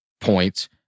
points